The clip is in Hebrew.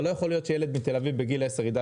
אבל לא יכול להיות שילד מתל אביב בגיל עשר יידע